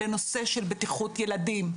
לנושא של בטיחות ילדים.